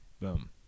boom